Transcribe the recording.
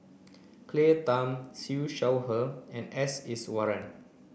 Claire Tham Siew Shaw Her and S Iswaran